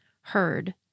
heard